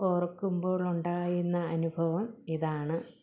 ഓർക്കുമ്പോളുണ്ടായിരുന്ന അനുഭവം ഇതാണ്